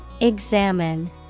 Examine